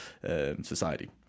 society